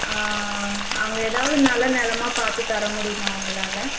அங்கே ஏதாவது நல்ல நிலமா பார்த்து தர முடியுமா உங்களால்